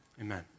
Amen